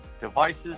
devices